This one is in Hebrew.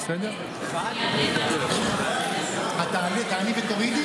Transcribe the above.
אני אענה, ואני אוריד.